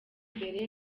imbere